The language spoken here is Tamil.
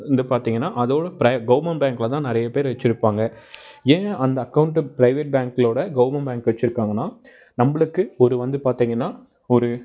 இது பார்த்தீங்கன்னா அதை விட ப்ரை கவர்ன்மெண்ட் பேங்க்ல தான் நிறைய பேர் வச்சிருப்பாங்க ஏன் அந்த அக்கௌண்ட்டை ப்ரைவேட் பேங்க்ல விட கவர்ன்மெண்ட் பேங்க் வச்சிருக்காங்கன்னா நம்பளுக்கு ஒரு வந்து பார்த்தீங்கன்னா ஒரு